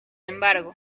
embargo